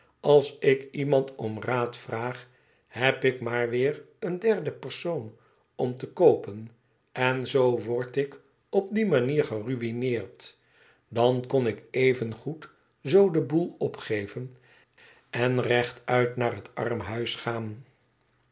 als ik iemand om raad vraag heb ik maar weer een derden persoon om te koopen en zoo word ik op die manier geruïneerd dan kon ik evengoed zoo den boel opgeven en recht uit naar het armhuis gaan